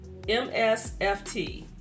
MSFT